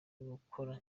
bakora